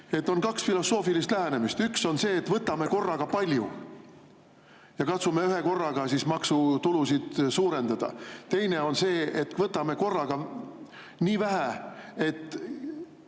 On kaks filosoofilist lähenemist. Üks on see, et võtame korraga palju ja katsume ühekorraga siis maksutulusid suurendada. Teine on see, et võtame korraga nii vähe, et